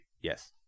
Yes